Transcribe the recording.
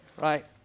Right